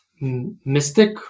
mystic